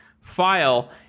file